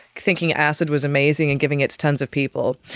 thinking acid was amazing and giving it to tonnes of people.